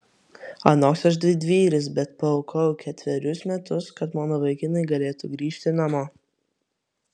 anoks aš didvyris bet paaukojau ketverius metus kad mano vaikinai galėtų grįžt namo